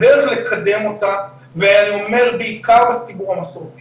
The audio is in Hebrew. הדרך לקדם אותה, ואני אומר בעיקר בציבור המסורתי